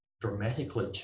dramatically